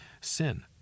sin